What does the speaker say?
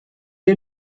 est